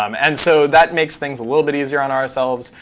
um and so that makes things a little bit easier on ourselves,